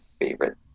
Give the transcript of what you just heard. favorite